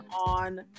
on